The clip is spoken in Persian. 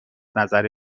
نظر